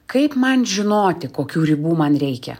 kaip man žinoti kokių ribų man reikia